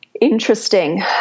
interesting